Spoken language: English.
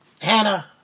Hannah